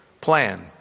plan